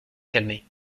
calmer